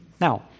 Now